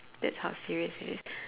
that's how serious it is